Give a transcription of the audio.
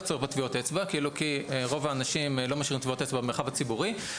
צורך בטביעות אצבע כי רוב האנשים לא משאירים טביעות אצבע במרחב הציבורי,